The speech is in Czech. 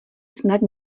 snad